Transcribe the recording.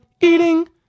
eating